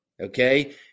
Okay